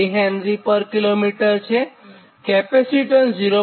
97 mH પર કિમી અને કેપેસિટન્સ 0